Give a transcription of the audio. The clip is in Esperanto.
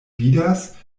vidas